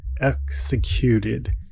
executed